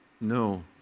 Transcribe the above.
no